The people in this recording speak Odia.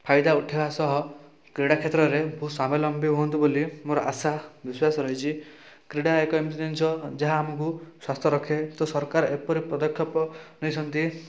ଫାଇଦା ଉଠେଇବା ସହ କ୍ରୀଡ଼ା କ୍ଷେତ୍ରରେ ବହୁତ ସ୍ୱାବଲମ୍ବୀ ହୁଅନ୍ତୁ ବୋଲି ମୋର ଆଶାବିଶ୍ୱାସ ରହିଛି କ୍ରୀଡ଼ା ଏକ ଏମିତି ଜିନିଷ ଯାହା ଆମକୁ ସୁସ୍ଥ ରଖେ ତ ସରକାର ଏପରି ପଦକ୍ଷେପ ନେଇଛନ୍ତି